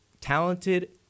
talented